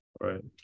right